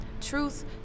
truth